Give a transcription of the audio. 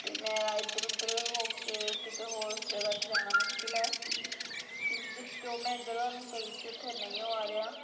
ਅਤੇ ਮੇਰਾ ਇੱਧਰ ਉੱਧਰ ਹੋ ਕੇ ਕਿਤੇ ਹੋਰ ਜਗ੍ਹਾ 'ਤੇ ਜਾਣਾ ਮੁਸ਼ਕਿਲ ਹੈ ਕਿਉਂਕਿ ਜਿ ਜੋ ਮੈਂ ਜਗ੍ਹਾ ਉਹਨੂੰ ਕਹੀ ਸੀ ਉੱਥੇ ਨਹੀਂ ਉਹ ਆ ਰਿਹਾ